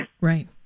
right